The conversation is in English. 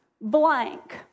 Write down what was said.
blank